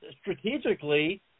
strategically